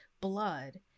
Blood